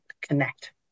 connect